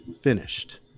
Finished